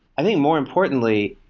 i think more importantly,